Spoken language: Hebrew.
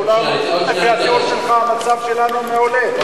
לפי התיאור שלך המצב שלנו מעולה,